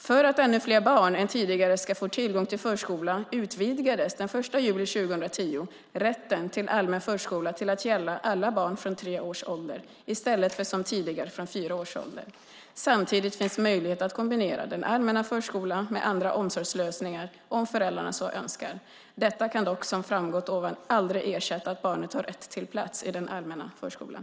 För att ännu fler barn än tidigare ska få tillgång till förskola utvidgades den 1 juli 2010 rätten till allmän förskola till att gälla alla barn från tre års ålder, i stället för som tidigare från fyra års ålder. Samtidigt finns möjlighet att kombinera den allmänna förskolan med andra omsorgslösningar om föräldrarna så önskar. Detta kan dock, som framgått här, aldrig ersätta att barnet har rätt till plats i den allmänna förskolan.